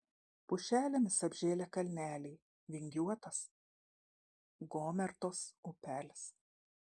pušelėmis apžėlę kalneliai vingiuotas gomertos upelis